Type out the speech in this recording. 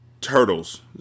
Turtles